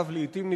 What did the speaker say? לעתים,